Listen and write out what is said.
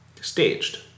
staged